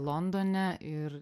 londone ir